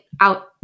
out